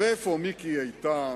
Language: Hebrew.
ואיפה מיקי איתן,